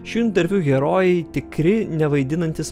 šių intervių herojai tikri nevaidinantys